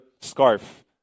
scarf